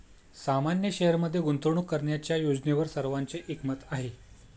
सामान्य शेअरमध्ये गुंतवणूक करण्याच्या योजनेवर सर्वांचे एकमत आहे